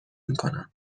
میکنم